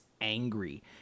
angry